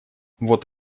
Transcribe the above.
вот